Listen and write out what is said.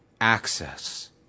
access